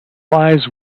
lies